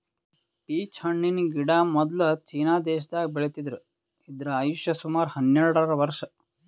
peach ಹಣ್ಣಿನ್ ಗಿಡ ಮೊದ್ಲ ಚೀನಾ ದೇಶದಾಗ್ ಬೆಳಿತಿದ್ರು ಇದ್ರ್ ಆಯುಷ್ ಸುಮಾರ್ ಹನ್ನೆರಡ್ ವರ್ಷ್